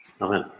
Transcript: Amen